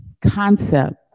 concept